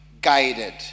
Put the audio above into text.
Guided